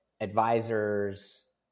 advisors